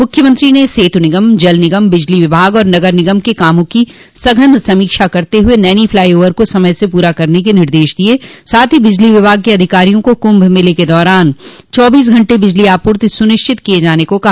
मुख्यमंत्री ने सेतु निगम जल निगम बिजली विभाग और नगर निगम के कामों की सघन समीक्षा करते हुए नैनी फ्लाई ओवर को समय से पूरा करने के निर्देश दिये साथ ही बिजली विभाग के अधिकारियों को कुम्भ मेले के दौरान चौबीस घंटे बिजली आपूर्ति सुनिश्चित किये जाने को कहा